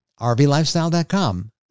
rvlifestyle.com